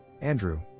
Andrew